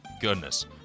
Goodness